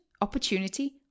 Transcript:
opportunity